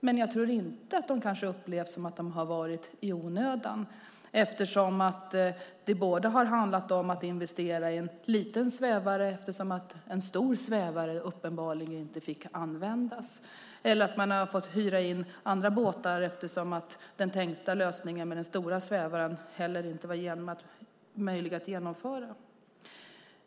Men jag tror inte att det upplevs som att de har varit i onödan eftersom det har handlat både om att investera i en liten svävare - uppenbarligen fick inte en stor svävare användas - och om att hyra in andra båtar eftersom den tänkta lösningen med den stora svävaren inte var möjlig att genomföra.